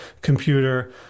computer